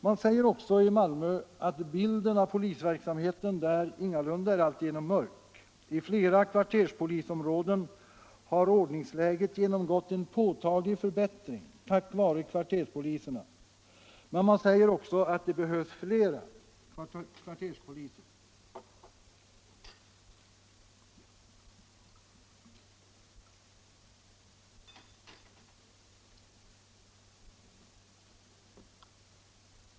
Man säger också i Malmö att bilden av polisverksamheten där ingalunda är alltigenom mörk. I flera kvarterspolisområden har ordningsläget genomgått en påtaglig förbättring tack vare kvarterspoliserna. Men man säger också att det behövs fler kvarterspoliser.